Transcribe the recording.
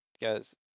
Guys